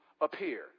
appear